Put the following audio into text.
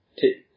take